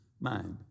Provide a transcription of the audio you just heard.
mind